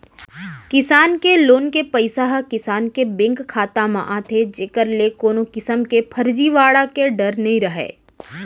किसान के लोन के पइसा ह किसान के बेंक खाता म आथे जेकर ले कोनो किसम के फरजीवाड़ा के डर नइ रहय